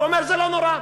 והוא אומר: זה לא נורא.